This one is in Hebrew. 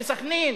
בסח'נין,